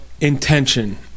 intention